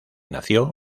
nació